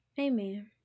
Amen